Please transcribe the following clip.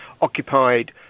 occupied